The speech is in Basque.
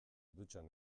dutxan